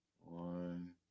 one